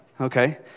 Okay